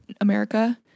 America